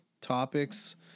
Topics